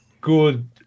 good